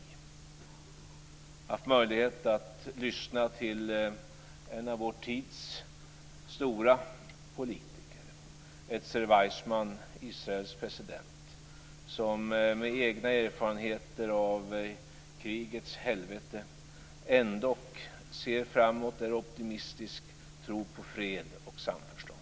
Jag har haft möjlighet att lyssna till en av vår tids stora politiker, Ezer Weizmann, Israels president. Han ser, med egna erfarenheter av krigets helvete, ändå framåt med optimistisk tro på fred och samförstånd.